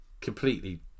completely